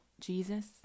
Jesus